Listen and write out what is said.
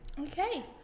okay